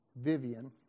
Vivian